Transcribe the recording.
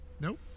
Nope